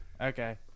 Okay